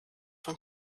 von